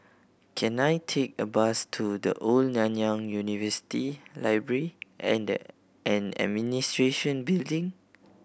can I take a bus to The Old Nanyang University Library and and Administration Building